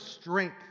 strength